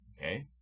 Okay